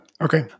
Okay